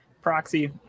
proxy